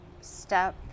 step